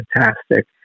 fantastic